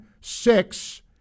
Six